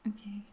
Okay